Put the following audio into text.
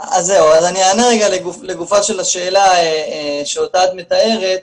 אז אני אענה רגע לגופה של השאלה שאותה את מתארת.